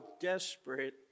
desperate